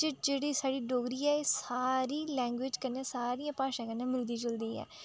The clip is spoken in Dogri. जेह्ड़ी साढ़ी डोगरी ऐ एह् सारी लैंग्वेज़ कन्नै सारियें भाशाएं कन्नै मिलदी जुलदी ऐ